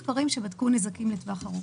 כאן זה מחקרים שבדקו נזקים לטווח ארוך.